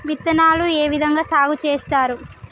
విత్తనాలు ఏ విధంగా సాగు చేస్తారు?